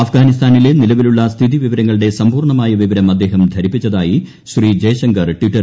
അഫ്ഗാനിസ്ഥാനിലെ നിലവിലുള്ള സ്ഥിതി വിവരങ്ങളുടെ സമ്പൂർണമായ വിവരം അദ്ദേഹം ധരിപ്പിച്ചതായി ശ്രീ ജയ്ശങ്കർ ടിറ്ററിൽ കുറിച്ചു